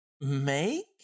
make